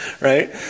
Right